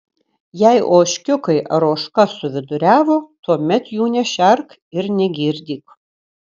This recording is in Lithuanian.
jei ožkiukai ar ožka suviduriavo tuomet jų nešerk ir negirdyk